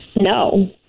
No